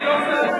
אני קובע?